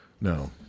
no